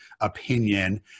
opinion